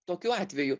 tokiu atveju